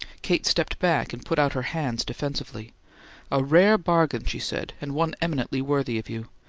kate stepped back and put out her hands defensively a rare bargain, she said, and one eminently worthy of you.